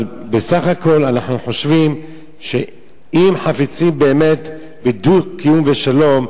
אבל בסך הכול אנחנו חושבים שאם חפצים באמת בדו-קיום בשלום,